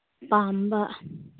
ꯄꯥꯝꯕ